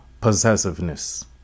possessiveness